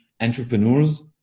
entrepreneurs